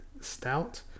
stout